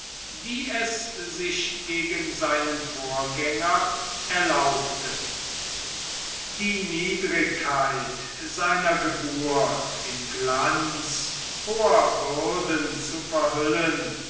die es sich gegen seinen vorgänger erlaubte die niedrigkeit seiner geburt im glanz hoher würden zu verhüllen